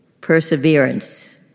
perseverance